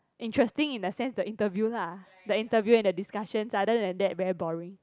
interesting in the sense the interview lah the interview and the discussions other than that very boring